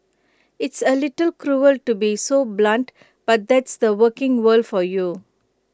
it's A little cruel to be so blunt but that's the working world for you